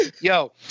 Yo